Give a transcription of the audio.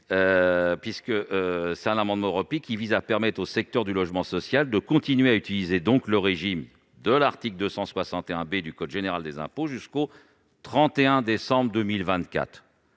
cas où, cet amendement de repli visant à permettre au secteur du logement social de continuer à utiliser le régime de l'article 261 B du code général des impôts jusqu'au 31 décembre 2024.